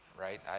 Right